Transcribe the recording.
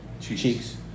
Cheeks